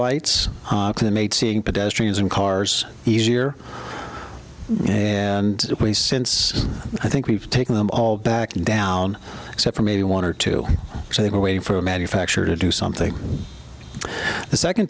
in cars easier and since i think we've taken them all back down except for maybe one or two so they were waiting for a manufacturer to do something the second